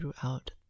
throughout